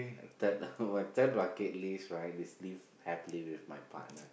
third what third bucket list right is live happily with my partner